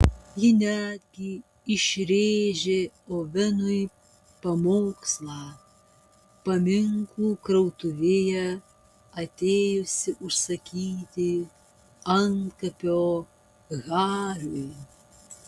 ji netgi išrėžė ovenui pamokslą paminklų krautuvėje atėjusi užsakyti antkapio hariui